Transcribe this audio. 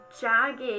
jagged